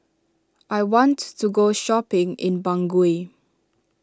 I want to go shopping in Bangui